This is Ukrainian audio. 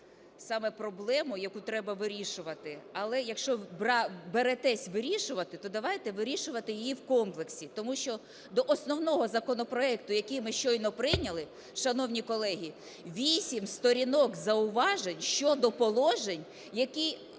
саме проблему, яку треба вирішувати. Але якщо беретесь вирішувати, то давайте вирішувати її в комплексі, тому що до основного законопроекту, який ми щойно прийняли, шановні колеги, 8 сторінок зауважень щодо положень , які